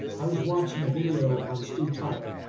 i was watching a video on steve tyler.